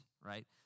right